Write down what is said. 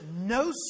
no